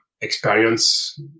experience